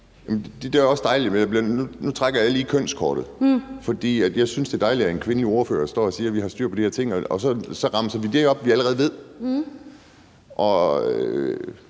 Det er også dejligt, men nu trækker jeg lige kønskortet, for jeg synes, det er dejligt, at en kvindelig ordfører står og siger, at vi har styr på de her ting, og så remser det op, som vi allerede ved.